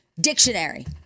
Dictionary